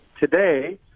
today